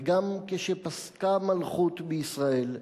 וגם כשפסקה מלכות בישראל,